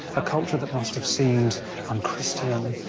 a culture that must have seemed un-christian,